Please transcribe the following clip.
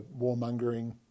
warmongering